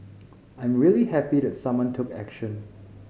I am really happy that someone took action